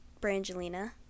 Brangelina